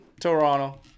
toronto